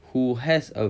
who has a